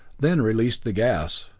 then released the gas.